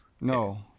No